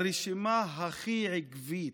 הרשימה הכי עקבית